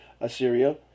Assyria